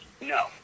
No